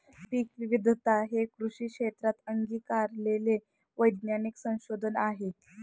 पीकविविधता हे कृषी क्षेत्रात अंगीकारलेले वैज्ञानिक संशोधन आहे